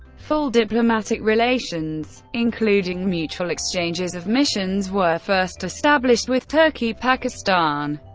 full diplomatic relations, including mutual exchanges of missions, were first established with turkey, pakistan,